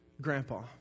grandpa